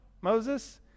Moses